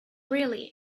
really